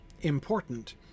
important